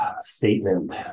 statement